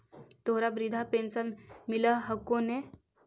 तोहरा वृद्धा पेंशन मिलहको ने?